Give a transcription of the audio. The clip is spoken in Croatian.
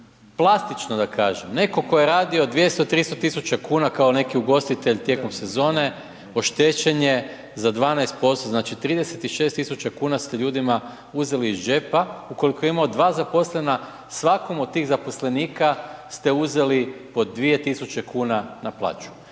plastično da kažem netko tko je radio 200, 300.000 kuna kao neki ugostitelj tijekom sezone oštećen je za 12% znači 36.000 kuna ste ljudima uzeli iz džepa, ukoliko je imao 2 zaposlena, svakom od tih zaposlenika ste uzeli po 2.000 kuna na plaću.